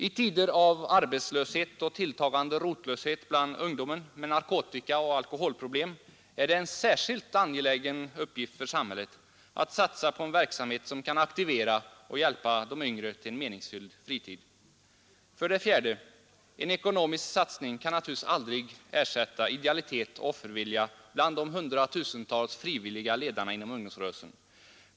I tider av arbetslöshet och tilltagande rotlöshet bland ungdomen med narkotikaoch alkoholproblem är det en särskilt angelägen uppgift för samhället att satsa på en verksamhet som kan aktivera och hjälpa de yngre till en meningsfull fritid. 4. En ekonomisk satsning kan naturligtvis aldrig ersätta idealitet och offervilja bland de hundratusentals frivilliga ledarna inom ungdomsrörelserna.